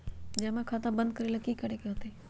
जमा खाता बंद करे ला की करे के होएत?